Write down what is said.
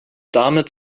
damit